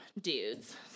dudes